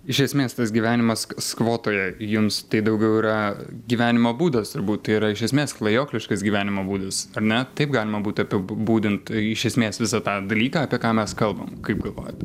iš esmės tas gyvenimas skvotoje jums tai daugiau yra gyvenimo būdas ir būt tai yra iš esmės klajokliškas gyvenimo būdas ar ne taip galima būtų apibūdint iš esmės visą tą dalyką apie ką mes kalbam kaip galvojat